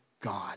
God